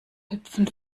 hüpfen